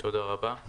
תודה רבה.